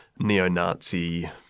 neo-Nazi